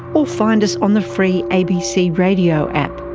or find us on the free abc radio app.